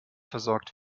versorgt